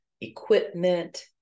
equipment